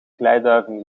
kleiduiven